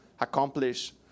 accomplish